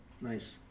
nice